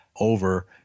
over